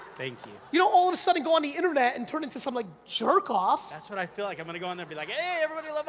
thank you. you don't all of a sudden go on the internet and turn into something like jerkoff. that's what i feel like, i'm gonna go on there be like, hey, everybody,